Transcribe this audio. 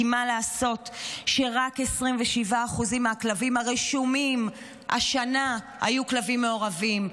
כי מה לעשות שרק 27% מהכלבים הרשומים השנה היו כלבים מעורבים.